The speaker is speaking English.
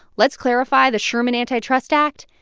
let's clarify the sherman antitrust act,